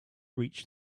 reached